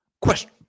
Question